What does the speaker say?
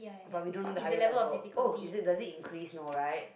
but we don't know the higher level oh is it does it increase no right